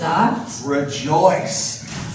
Rejoice